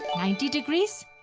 ninety degrees,